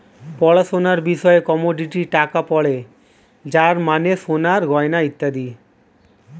পড়াশোনার বিষয়ে কমোডিটি টাকা পড়ে যার মানে সোনার গয়না ইত্যাদি